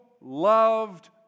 loved